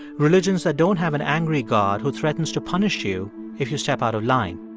religions that don't have an angry god who threatens to punish you if you step out of line,